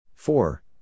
Four